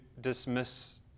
dismiss